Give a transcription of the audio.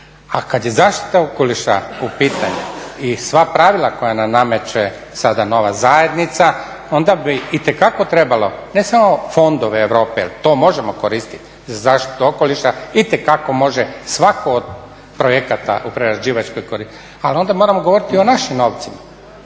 A kad je zaštita okoliša u pitanju i sva pravila koja nam nameće sada nova zajednica onda bi itekako trebalo ne samo fondove Europe, jer to možemo koristiti za zaštitu okoliša itekako može svatko od projekata u prerađivačkoj koristiti. Ali onda moramo govoriti o našim novcima,